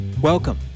Welcome